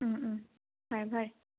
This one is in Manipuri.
ꯎꯝ ꯎꯝ ꯐꯔꯦ ꯐꯔꯦ